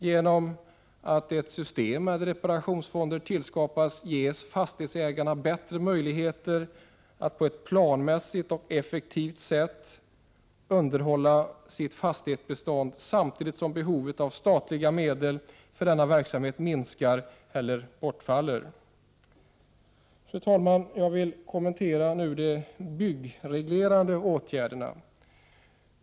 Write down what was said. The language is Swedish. Genom att ett system med reparationsfonder tillskapas ges fastighetsägarna bättre möjlighet att på ett planmässigt och effektivt sätt underhålla sitt fastighetsbestånd, samtidigt som behovet av statliga medel för denna verksamhet minskar eller bortfaller. Fru talman! Jag vill något kommentera de byggreglerande åtgärderna.